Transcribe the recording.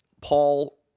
Paul